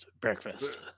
breakfast